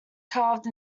carved